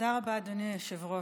תודה רבה, אדוני היושב-ראש.